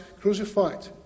crucified